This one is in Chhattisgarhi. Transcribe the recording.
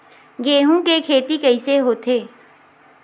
गेहूं के खेती कइसे होथे?